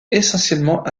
essentiellement